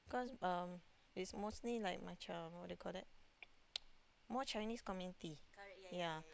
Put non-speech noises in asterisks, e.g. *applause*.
cause um it's mostly like macam what do you call that *noise* more Chinese community yeah